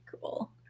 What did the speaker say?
cool